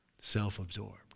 Self-absorbed